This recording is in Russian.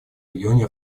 регионе